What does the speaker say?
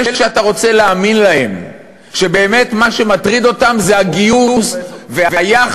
אלה שאתה רוצה להאמין להם שבאמת מה שמטריד אותם זה הגיוס והיחד,